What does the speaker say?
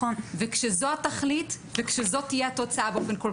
וכשזאת התכלית וכשזאת תהיה התוצאה באופן כל